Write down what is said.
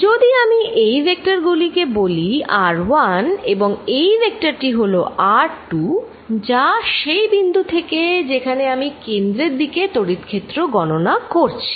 যদি আমি এই ভেক্টরকে বলি r1 এবং এই ভেক্টর টি হলো r২ যা সেই বিন্দু থেকে যেখানে আমি কেন্দ্রের দিকে তড়িৎ ক্ষেত্র গণনা করছি